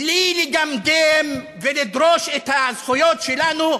בלי לגמגם, ולדרוש את הזכויות שלנו,